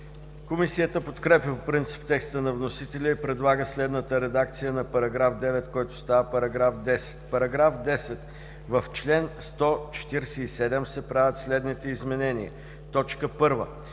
Комисията подкрепя по принцип текста на вносителя и предлага следната редакция на § 9, който става § 10: „§ 10. В чл. 147 се правят следните изменения: 1.